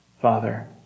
Father